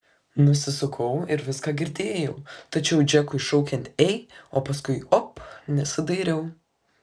nusisukau ir viską girdėjau tačiau džekui šaukiant ei o paskui op nesidairiau